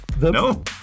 No